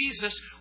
Jesus